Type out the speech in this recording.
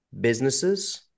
businesses